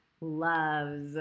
loves